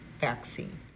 vaccine